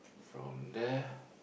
from there